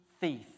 thief